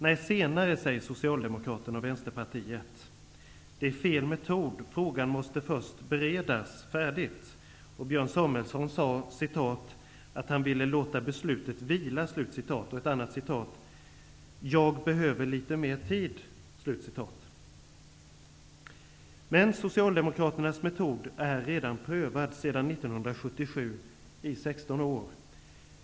Nej, senare, säger Socialdemokraterna och Vänsterpartiet. Det är fel metod, frågan måste först beredas färdigt. Björn Samuelson sade att han ville låta beslutet vila och att han behövde litet mer tid. Men Socialdemokraternas metod är redan prövad sedan 1977, i 16 år.